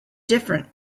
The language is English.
different